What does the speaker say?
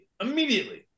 Immediately